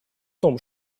том